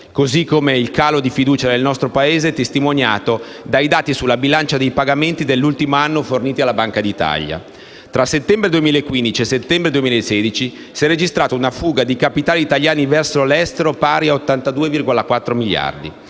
Così come il calo di fiducia nel nostro Paese è testimoniato dai dati sulla bilancia dei pagamenti dell'ultimo anno forniti dalla Banca d'Italia: tra il settembre 2015 e il settembre 2016 si è registrata una fuga di capitali italiani verso l'estero per 82,4 miliardi;